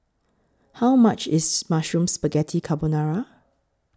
How much IS Mushroom Spaghetti Carbonara